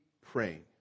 praying